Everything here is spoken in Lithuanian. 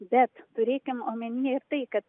bet turėkim omeny ir tai kad